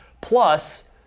plus